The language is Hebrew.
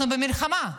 אנחנו במלחמה,